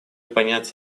понять